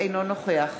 אינו נוכח